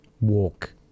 walk